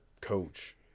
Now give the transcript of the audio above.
coach